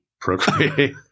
procreate